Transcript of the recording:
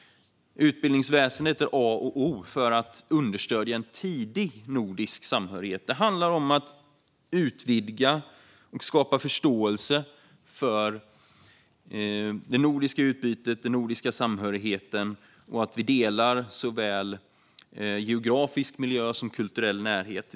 Utbildningsväsendet är A och O för att understödja en tidig nordisk samhörighet. Det handlar om att utvidga och skapa förståelse för det nordiska utbytet, för den nordiska samhörigheten och för att vi delar såväl geografisk miljö som kulturell närhet.